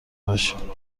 باشیم